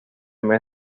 mes